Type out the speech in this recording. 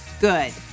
Good